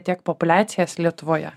tiek populiacijas lietuvoje